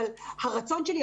אבל הרצון שלי,